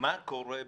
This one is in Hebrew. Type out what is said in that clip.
מה קורה במתמטיקה?